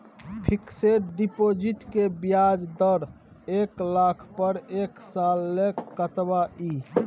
Fixed deposit के ब्याज दर एक लाख पर एक साल ल कतबा इ?